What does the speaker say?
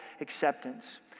acceptance